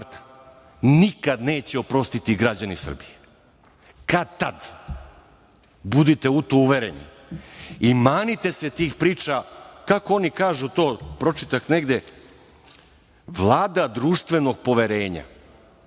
nikad neće oprostiti građani Srbije. Kad tad, budite u to uvereni, i manite se tih priča, kako oni kažu to, pročitah negde – vlada društvenog poverenja.